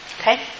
Okay